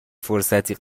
فرصتی